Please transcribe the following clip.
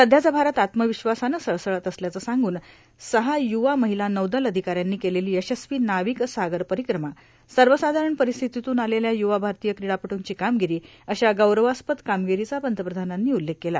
सध्याचा भारत आत्मावश्वासानं सळसळत असल्याचं सांगून सहा यूवा र्माहला नौदल र्अाधकाऱ्यांनी केलेला यशस्वी नार्वक सागर र्पारक्रमा सवसाधारण र्पारस्थितीतून आलेल्या य्वा भारतीय क्रीडापटूंची कार्मागरां अशा गौरवास्पद कार्मागरांचा पंतप्रधानांनी उल्लेख केला